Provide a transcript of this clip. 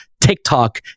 TikTok